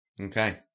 Okay